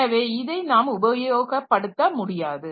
எனவே இதை நாம் உபயோகப்படுத்த முடியாது